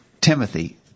Timothy